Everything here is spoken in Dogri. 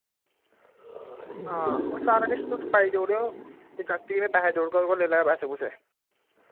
हां ओह् सारा किश तुस पाई देई ओड़ेओ ते जागतें में पैसे देई ओड़गा ओह्दे कोला लेई लैएओ पैसे पुसे